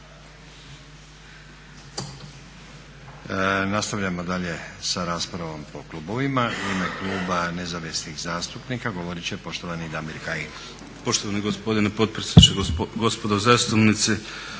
Hvala i vama.